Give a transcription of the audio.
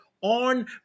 on